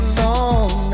long